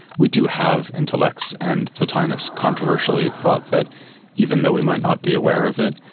we do have intellects and plotinus controversially thought that even though we might not be aware of it,